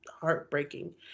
heartbreaking